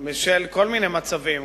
בשל כל מיני מצבים,